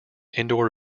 indoor